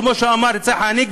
כמו שאמר צחי הנגבי,